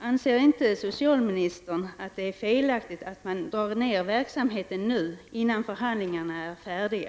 Anser inte socialministern att det är felaktigt att man drar ned verksamheten innan förhandlingarna är färdiga?